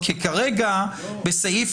כרגע בסעיף